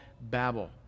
Babel